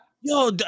Yo